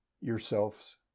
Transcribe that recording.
yourselves